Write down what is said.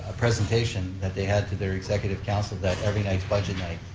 ah presentation that they had to their executive council that every night's budget night,